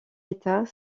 état